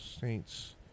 Saints